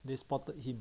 they spotted him